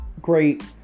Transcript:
great